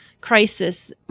crisis